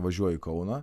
važiuoju į kauną